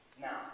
Now